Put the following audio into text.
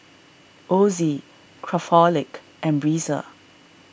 Ozi Craftholic and Breezer